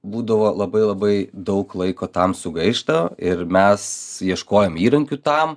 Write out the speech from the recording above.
būdavo labai labai daug laiko tam sugaišta ir mes ieškojom įrankių tam